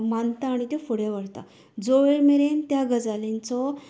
मानता आनी त्यो फुडें व्हरता जो वेळ मेरेन त्या गजालींचो